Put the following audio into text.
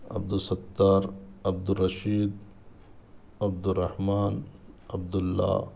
Abdul Sattar Abdul Rashid Abdul Rahman Abdullah